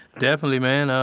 definitely man, um